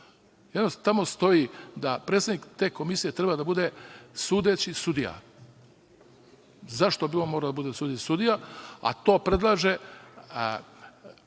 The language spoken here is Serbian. PZF-a. Tamo stoji da predsednik te komisije treba da bude sudeći sudija. Zašto bi on morao da bude sudeći sudija, a komisiju predlaže